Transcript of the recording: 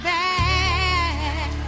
back